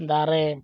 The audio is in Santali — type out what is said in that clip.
ᱫᱟᱨᱮ